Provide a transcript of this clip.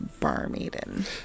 barmaiden